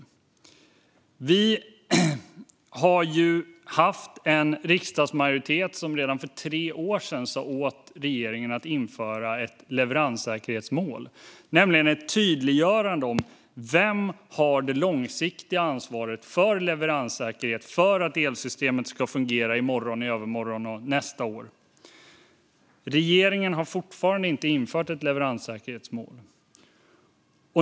Redan för tre år sedan sa en riksdagsmajoritet åt regeringen att införa ett leveranssäkerhetsmål - ett tydliggörande av vem som har det långsiktiga ansvaret för leveranssäkerheten och för att elsystemet ska fungera i morgon, i övermorgon och nästa år. Men regeringen har fortfarande inte infört ett leveranssäkerhetsmål.